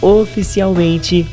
oficialmente